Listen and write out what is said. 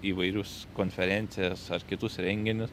įvairius konferencijas ar kitus renginius